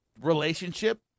relationship